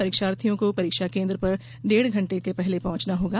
परीक्षार्थियों को परीक्षा केन्द्र पर डेढ़ घंटे के पहले पहुंचना होगा